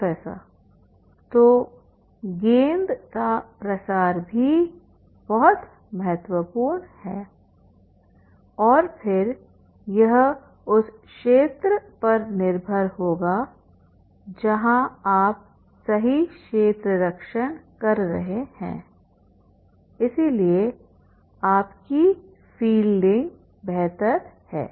professor तो गेंद का प्रसार भी बहुत महत्वपूर्ण है और फिर यह उस क्षेत्र पर निर्भर होगा जहां आप सही क्षेत्ररक्षण कर रहे हैं इसलिए आपकी फील्डिंग बेहतर है